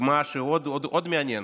ומה שעוד מעניין,